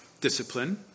discipline